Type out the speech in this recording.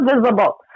visible